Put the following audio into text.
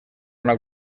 una